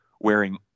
wearing